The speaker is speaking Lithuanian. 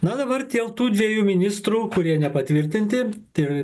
na dabar dėl tų dviejų ministrų kurie nepatvirtinti tai